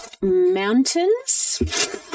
mountains